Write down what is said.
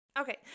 okay